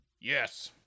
Yes